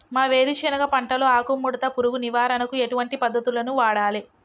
మా వేరుశెనగ పంటలో ఆకుముడత పురుగు నివారణకు ఎటువంటి పద్దతులను వాడాలే?